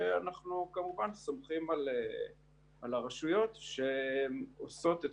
אנחנו כמובן סומכים על הרשויות שעושות את